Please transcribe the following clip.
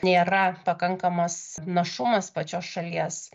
nėra pakankamas našumas pačios šalies